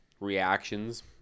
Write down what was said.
reactions